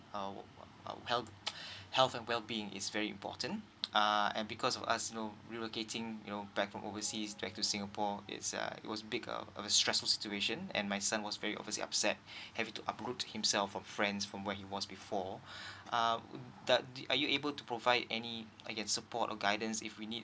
uh helath health and well being is very important uh and because of us you know relocating you know back from overseas back to singapore it's uh it was big of a stressful situation and my son was very obviously upset having to uproot himself from friends from what he was before uh the are you able to provide any Ilike any support or guidance if we need